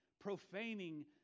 profaning